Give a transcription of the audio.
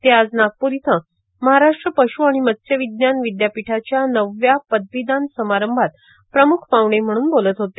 ते आज नागपूर इथं महाराष्ट्र पशू आणि मत्स्य विज्ञान विद्यापीठाच्या नवव्या पदवीदान समारंभात प्रमुख पाहुणे म्हणून बोलत होते